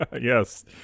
Yes